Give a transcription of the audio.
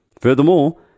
Furthermore